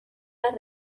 las